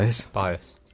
Bias